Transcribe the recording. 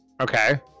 Okay